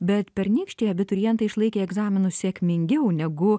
bet pernykščiai abiturientai išlaikė egzaminus sėkmingiau negu